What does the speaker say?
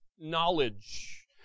knowledge